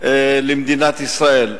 למדינת ישראל.